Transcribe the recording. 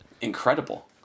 Incredible